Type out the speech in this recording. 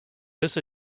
also